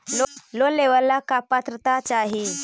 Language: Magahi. लोन लेवेला का पात्रता चाही?